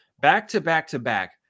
back-to-back-to-back